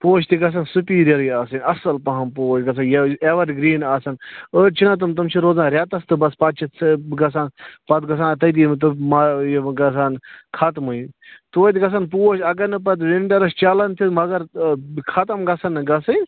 پوش تہِ گَژھن سُپیٖریرٕے آسٕنۍ اَصٕل پَہم پوش گَژھن یہِ ایور گریٖن آسٕنۍ أڈۍ چھِناہ تِم تِم چھِ روزان رٮ۪تس تہٕ بَس پَتہٕ چھِ گَژھان پتہٕ گَژھن تٔتی تِم یہِ گَژھان ختمٕے توٚتہِ گَژھن پوش اگر نہٕ پتہٕ وِنٛٹرس چَلن تہِ مگر ختٕم گَژھن نہٕ گَژھنۍ